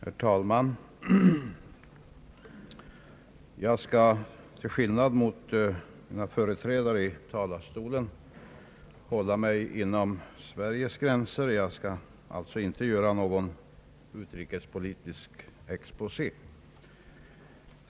Herr talman! Jag skall till skillnad från mina företrädare i talarstolen hålla mig inom Sveriges gränser. Jag skall alltså inte göra någon utrikespolitisk exposé.